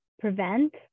prevent